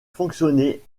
fonctionner